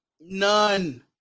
None